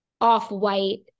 off-white